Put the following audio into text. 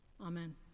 Amen